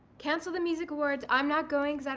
cancel the music awards, i'm not going,